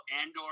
Andor